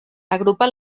agrupa